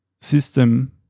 system